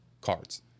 cards